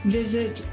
visit